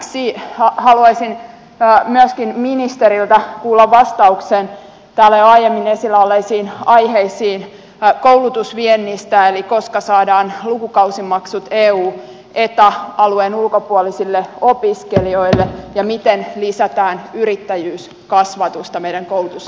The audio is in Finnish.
lisäksi haluaisin myöskin ministeriltä kuulla vastauksen täällä jo aiemmin esillä olleisiin aiheisiin koulutusviennistä eli koska saadaan lukukausimaksut eueta alueen ulkopuolisille opiskelijoille ja miten lisätään yrittäjyyskasvatusta meidän koulutusjärjestelmässä